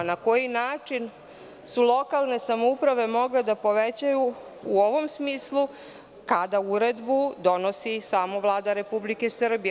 Na koji način su lokalne samouprave mogle da povećaju, u ovom smislu, kada Uredbu donosi samo Vlada Republike Srbije.